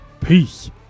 Peace